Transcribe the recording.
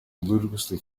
ludicrously